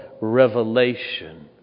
revelation